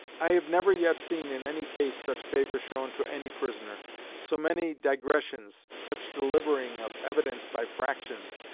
i have never yet seen in any case such favour shown to any prisoner so many digressions, such delivering of evidence by fractions,